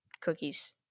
cookies